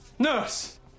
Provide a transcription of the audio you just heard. Nurse